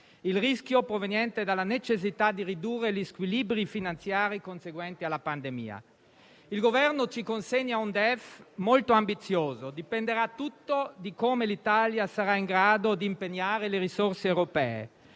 il rischio proveniente dalla necessità di ridurre gli squilibri finanziari conseguenti alla pandemia. Il Governo ci consegna un DEF molto ambizioso; dipenderà tutto da come l'Italia sarà in grado di impegnare le risorse europee.